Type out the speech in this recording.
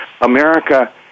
America